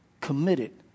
committed